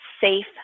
safe